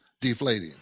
deflating